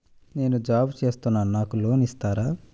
నేను జాబ్ చేస్తున్నాను నాకు లోన్ ఇస్తారా?